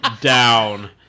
Down